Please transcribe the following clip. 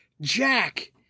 Jack